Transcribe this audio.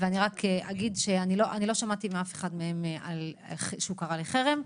אני רק אגיד שלא שמעתי מאף אחד מהם שהוא קרא לחרם.